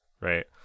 right